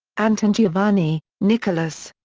antongiavanni, nicholas.